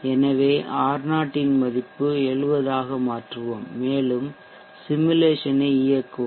எனவே R0 இன் மதிப்பை 70 ஆக மாற்றுவோம் மேலும் சிமுலேசனை இயக்குவோம்